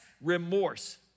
remorse